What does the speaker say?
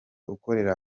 ukorera